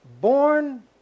born